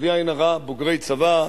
בלי עין הרע, בוגרי צבא,